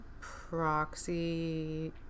proxy